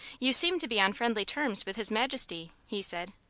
you seem to be on friendly terms with his majesty, he said.